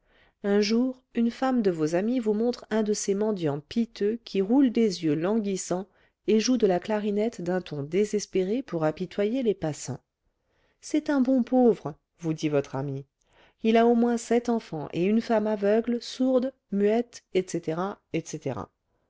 un jour une femme de vos amies vous montre un de ces mendiants piteux qui roulent des yeux languissants et jouent de la clarinette d'un ton désespéré pour apitoyer les passants c'est un bon pauvre vous dit votre amie il a au moins sept enfants et une femme aveugle sourde muette etc etc